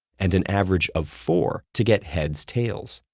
and an average of four to get heads tails.